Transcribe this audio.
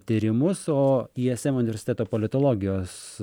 tyrimus o ism universiteto politologijos